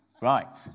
Right